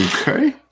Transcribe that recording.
Okay